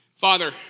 Father